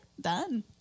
done